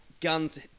guns